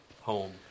home